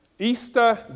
Easter